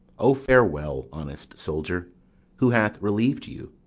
o, farewell, honest soldier who hath reliev'd you?